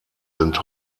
sind